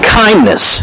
kindness